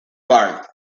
park